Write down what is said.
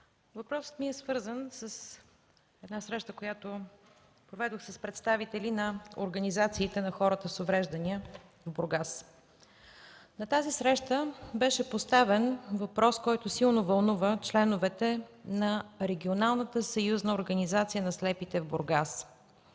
въпросът ми е по повод среща, която проведох с представители на организациите на хората с увреждания в Бургас. На тази среща беше поставен въпрос, който силно вълнува членовете на Регионалната съюзна организация на слепите – Бургас.